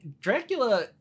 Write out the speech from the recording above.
Dracula